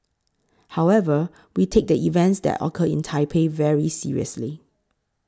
however we take the events that occurred in Taipei very seriously